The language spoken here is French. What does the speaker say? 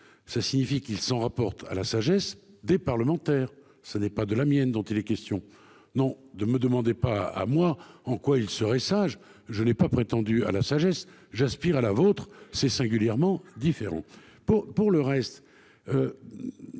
Ça signifie qu'il s'en rapporte à la sagesse des parlementaires. Ce n'est pas de la mienne, dont il est question, non de me demandez pas à moi en quoi il serait sage, je n'ai pas prétendu à la sagesse j'Aspire à la vôtre c'est singulièrement différent pour, pour le reste.